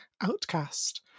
outcast